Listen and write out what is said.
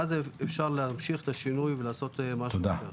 ואז אפשר להמשיך את השינוי ולעשות משהו אחר.